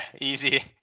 easy